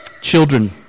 Children